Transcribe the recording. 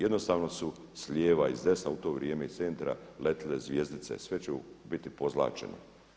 Jednostavno su s lijeva i s desna u to vrijeme i centra letile zvjezdice, sve će biti pozlaćeno.